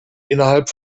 innerhalb